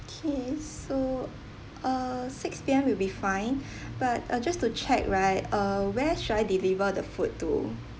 okay so uh six P_M will be fine but uh just to check right uh where should I deliver the food to